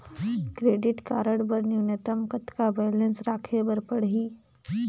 Credit card बर न्यूनतम कतका बैलेंस राखे बर पड़ही?